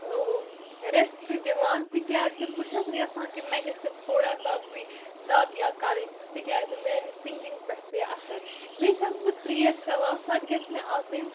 ٲں ریٚسٹہٕ دِوان تِکیٛازِ بہٕ چھیٚس نہٕ یَژھان کہِ مےٚ گژھہِ تھوڑا سا بھی دَگ یا کَرٕنۍ تِکیٛازِ میٛانہِ سِنٛگِنٛگ پٮ۪ٹھ پیٚے اثر بیٚیہِ چھیٚس بہٕ ترٛیش چیٚوان سۄ تہِ گژھہِ مےٚ آسٕنۍ